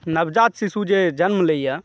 नवजात शिशु जे जन्म लयए